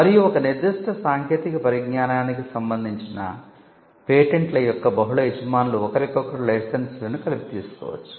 మరియు ఒక నిర్దిష్ట సాంకేతిక పరిజ్ఞానానికి సంబంధించిన పేటెంట్ల యొక్క బహుళ యజమానులు ఒకరికొకరు లైసెన్స్లను కలిపి తీసుకోవచ్చు